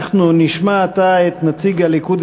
אנחנו נשמע עתה את נציג הליכוד,